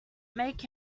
make